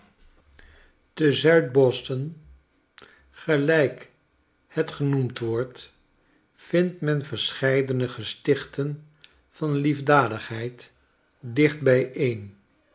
zuid boston gelijk het genoemd wordt vindt men verscheidene gestichten van liefdadigheid dicht bijeen